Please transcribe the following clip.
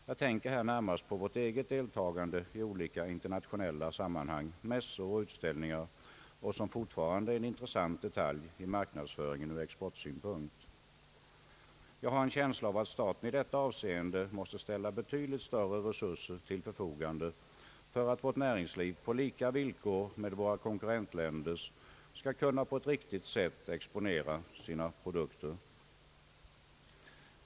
Jag tänker här närmast på vårt eget deltagande i olika internationella sammanhang, mässor och utställningar, något som fortfarande är en intressant detalj i marknadsföringen ur exportsynpunkt. Jag har en känsla av att staten i detta avseende måste ställa betydligt större resurser till förfogande för att vårt näringsliv skall på samma villkor som våra konkurrentländers kunna på ett riktigt sätt exponera sina produkter.